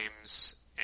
games